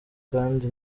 kdi